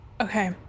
Okay